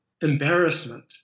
embarrassment